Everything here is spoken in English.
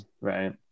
Right